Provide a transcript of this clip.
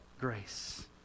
grace